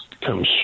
Come